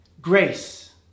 Grace